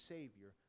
Savior